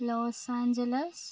Los Angeles